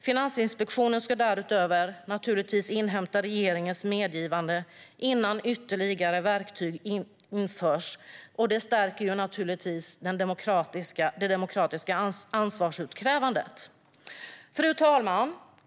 Finansinspektionen ska därutöver inhämta regeringens medgivande innan ytterligare verktyg införs, vilket naturligtvis stärker det möjligheten till demokratiskt ansvarsutkrävande. Fru talman!